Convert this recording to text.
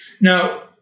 Now